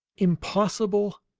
impossible,